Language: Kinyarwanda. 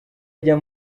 ajya